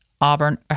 Auburn